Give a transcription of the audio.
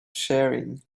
sharing